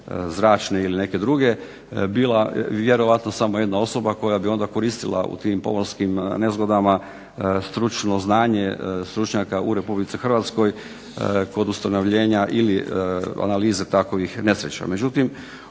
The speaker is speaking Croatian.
zračne ili neke druge, bila vjerojatno samo jedna osoba koja bi onda koristila u tim pomorskim nezgodama stručno znanje stručnjaka u RH kod ustanovljenja ili analize takvih nesreća.